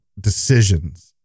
decisions